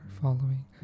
following